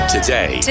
Today